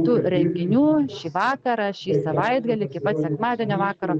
tų renginių šį vakarą šį savaitgalį iki pat sekmadienio vakaro